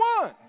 one